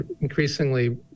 increasingly